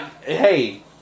hey